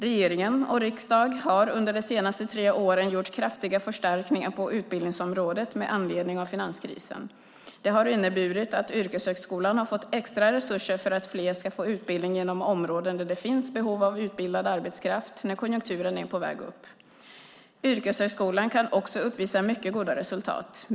Regering och riksdag har under de senaste tre åren gjort kraftiga förstärkningar på utbildningsområdet med anledning av finanskrisen. Det har inneburit att yrkeshögskolan har fått extra resurser för att fler ska få utbildning inom områden där det finns behov av utbildad arbetskraft när konjunkturen är på väg upp. Yrkeshögskolan kan också uppvisa mycket goda resultat.